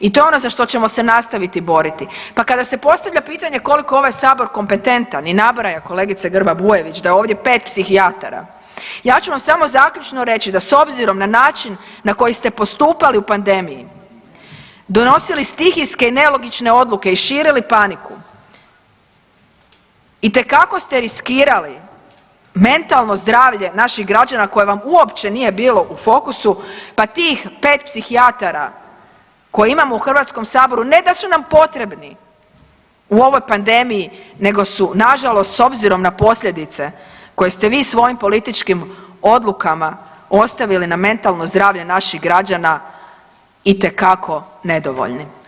I to je ono za što ćemo se nastaviti boriti, pa kada se postavlja pitanje koliko je ovaj Sabor kompetentan i nabrajam kolegice Grba-Bujević da je ovdje pet psihijatara, ja ću vam samo zaključno reći da s obzirom na način na koji ste postupali u pandemiji donosili stihijske i nelogične odluke i širili paniku itekako ste riskirali mentalno zdravlje naših građana koje vam uopće nije bilo u fokusu, pa tih pet psihijatara koje imamo u Hrvatskom saboru ne da su nam potrebni u ovoj pandemiji, nego su na žalost s obzirom na posljedice koje ste vi svojim političkim odlukama ostavili na mentalno zdravlje naših građana itekako nedovoljni.